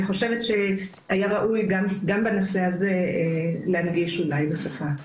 אני חושבת שהיה ראוי גם בנושא הזה גם להנגיש בשפה הזו.